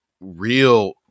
real